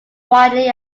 widely